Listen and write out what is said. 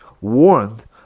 warned